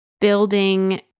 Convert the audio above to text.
building